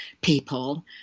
people